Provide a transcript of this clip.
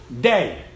day